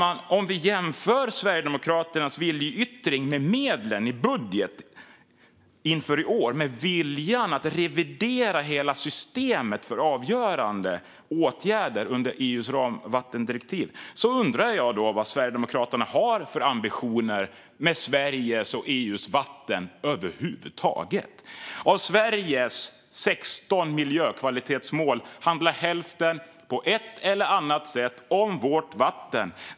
Efter att ha jämfört Sverigedemokraternas viljeyttring med medlen i budgeten inför i år - viljan att revidera hela systemet för avgöranden av åtgärder under EU:s ramdirektiv för vatten - undrar jag vad Sverigedemokraterna har för ambitioner för Sveriges och EU:s vatten över huvud taget. Av Sveriges 16 miljökvalitetsmål handlar hälften på ett eller annat sätt om vårt vatten.